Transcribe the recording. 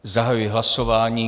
Zahajuji hlasování.